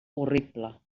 horrible